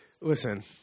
listen